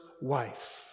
wife